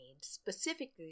specifically